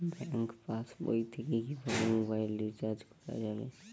Bank পাশবই থেকে কিভাবে মোবাইল রিচার্জ করা যাবে?